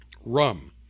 rum